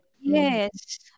yes